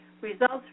Results